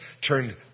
turned